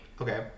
okay